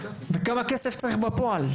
וכמה כסף צריך בפועל.